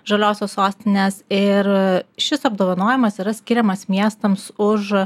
žaliosios sostinės ir šis apdovanojimas yra skiriamas miestams už